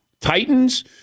Titans